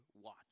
watch